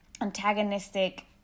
antagonistic